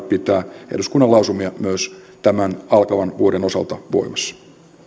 pitää eduskunnan lausumia myös tämän alkavan vuoden osalta voimassa